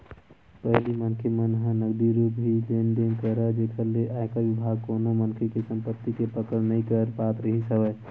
पहिली मनखे मन ह नगदी रुप ही लेन देन करय जेखर ले आयकर बिभाग कोनो मनखे के संपति के पकड़ नइ कर पात रिहिस हवय